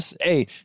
Hey